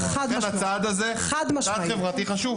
הצעד הזה הוא צעד חברתי חשוב.